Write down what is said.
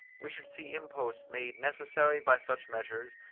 we should see imposts made necessary by such measures,